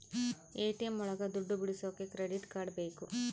ATM ಒಳಗ ದುಡ್ಡು ಬಿಡಿಸೋಕೆ ಕ್ರೆಡಿಟ್ ಕಾರ್ಡ್ ಬೇಕು